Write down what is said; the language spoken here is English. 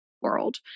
world